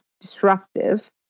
disruptive